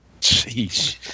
Jeez